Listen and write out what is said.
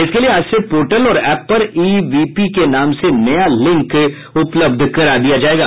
इसके लिये आज से पोर्टल और एप पर ईवीपी के नाम से नया लिंक उपलब्ध करा दिया जायेगा